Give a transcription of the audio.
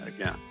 again